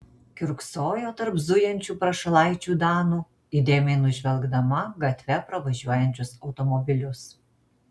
kiurksojo tarp zujančių prašalaičių danų įdėmiai nužvelgdama gatve pravažiuojančius automobilius